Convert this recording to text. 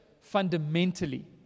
fundamentally